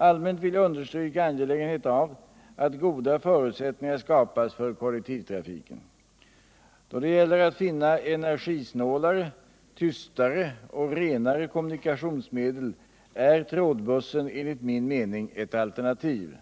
Allmänt vill jag understryka angelägenheten av att goda förutsättningar skapas för kollektivtrafiken. Då det gäller att finna energisnålare, tystare och renare kommunikationsmedel är trådbussen enligt min mening ett alternativ.